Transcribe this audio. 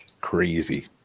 Crazy